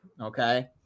Okay